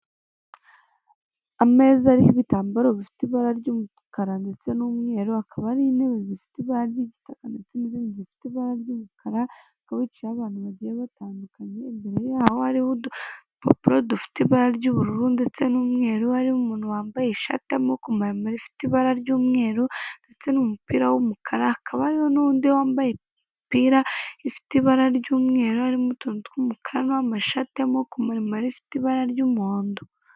Ameza ariho ibitambaro bifite ibara ry'umukara ndetse n'umweru, akaba ari intebe zifite ibara ry'igitaka ndetse n'izindi zifite ibara ry'umukara hicaye abantu bagiye batandukanye, imbere yaho hariho udupapuro dufite ibara ry'ubururu ndetse n'umweru, hari umuntu wambaye ishati ifite ibara ry'umweru ndetse n'umupira w'umukara, hakaba hari n'undi wambaye imipira ifite ibara ry'umweru, harimo utuntu tw'umukara, harimo umuntu wambaye ishati y'amaboko maremare ifite ibara ry'umuhondo.